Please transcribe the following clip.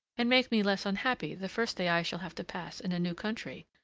and make me less unhappy the first day i shall have to pass in a new country.